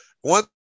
one